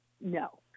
No